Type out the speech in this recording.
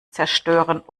zerstören